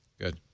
Good